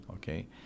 Okay